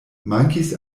mankis